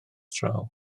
draw